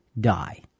die